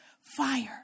fire